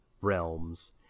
realms